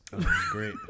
Great